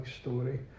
story